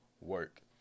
work